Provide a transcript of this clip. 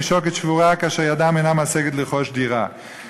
שוקת שבורה וידם אינם משגת לרכוש דירה.